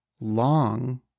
long